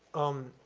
um,